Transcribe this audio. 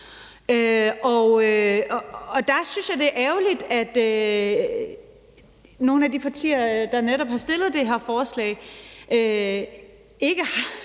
Der synes jeg, det er ærgerligt, at nogle af de partier, der netop har fremsat det her forslag, åbenbart